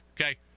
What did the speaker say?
okay